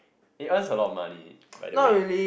it earns a lot of money by the way